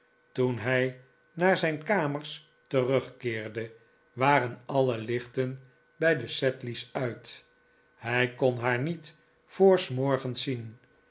toen hij naar zijn kamers terugkcerde waren alle lichten bij de sedley's uit hij kon haar niet voor s morgens zien